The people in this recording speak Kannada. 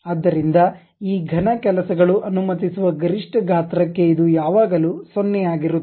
ಆದ್ದರಿಂದ ಈ ಘನ ಕೆಲಸಗಳು ಅನುಮತಿಸುವ ಗರಿಷ್ಠ ಗಾತ್ರಕ್ಕೆ ಇದು ಯಾವಾಗಲೂ 0 ಆಗಿರುತ್ತದೆ